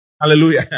Hallelujah